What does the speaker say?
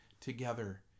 together